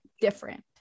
different